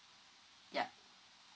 yup